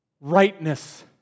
rightness